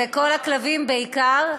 זה כל הכלבים, בעיקר,